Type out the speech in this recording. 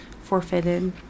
forfeited